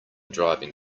driving